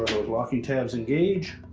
locking tabs engage.